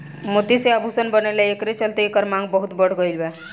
मोती से आभूषण बनेला एकरे चलते एकर मांग बहुत बढ़ गईल बा